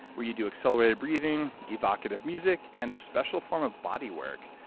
where you do accelerated breathing, evocative music, and a special form of bodywork.